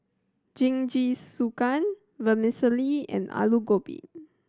Jingisukan Vermicelli and Alu Gobi